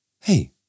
Hey